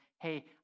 Hey